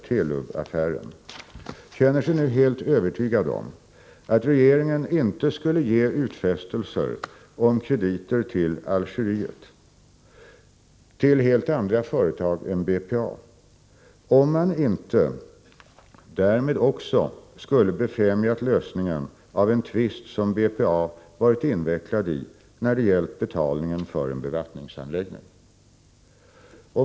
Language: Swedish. Telub-affären — känner sig nu helt övertygad om att regeringen inte skulle ge utfästelser om krediter till Algeriet till andra företag än BPA om man inte därmed också skulle ha befrämjat lösningen av en tvist som BPA varit invecklat i om betalningen för en bevattningsanläggning.